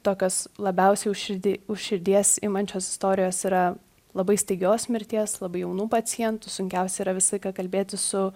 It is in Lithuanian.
tokios labiausiai už širdį už širdies imančios istorijos yra labai staigios mirties labai jaunų pacientų sunkiausia yra visą laiką kalbėtis su